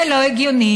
זה לא הגיוני,